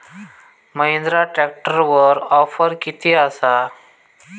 महिंद्रा ट्रॅकटरवर ऑफर किती आसा?